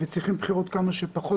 וצריכים בחירות כמה שפחות יקרות.